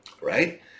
right